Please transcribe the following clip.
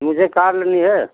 मुझे कार लेनी है